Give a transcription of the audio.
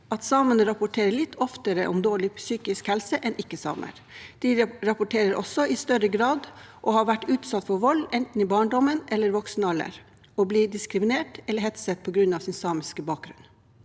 at samene rapporterer litt oftere om dårlig psykisk helse enn ikke-samer. De rapporterer også i større grad om å ha vært utsatt for vold, enten i barndommen eller voksen alder, og å bli diskriminert eller hetset på grunn av sin samiske bakgrunn.